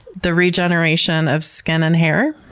the regeneration of skin and hair.